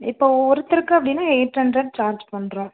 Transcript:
இப்போ ஒருத்தருக்கு அப்படின்னா எயிட் ஹண்ட்ரட் சார்ஜ் பண்ணுறோம்